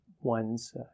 ones